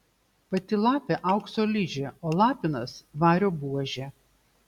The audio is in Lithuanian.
pati lapė aukso ližė o lapinas vario buožė